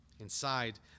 inside